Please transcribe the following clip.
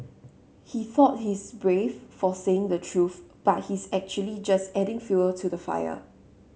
he thought he's brave for saying the truth but he's actually just adding fuel to the fire